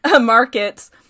markets